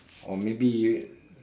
or maybe